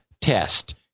test